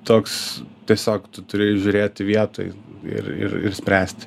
toks tiesiog tu turi žiūrėti vietoj ir ir ir spręsti